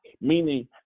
meaning